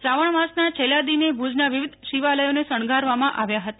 શ્રાવણ માસના છેલ્લા દિને ભુજના વિવિધ શિવાલયોને શણગારવામાં આવ્યા હતા